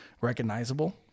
recognizable